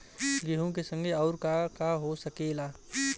गेहूँ के संगे आऊर का का हो सकेला?